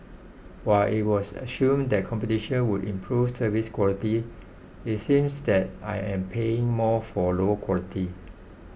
while it was assumed that competition would improve service quality it seems that I am paying more for lower quality